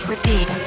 Repeat